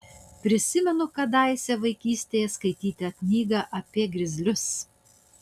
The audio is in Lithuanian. prisimenu kadaise vaikystėje skaitytą knygą apie grizlius